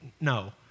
No